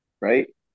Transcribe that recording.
right